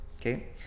Okay